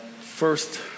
first